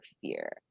fear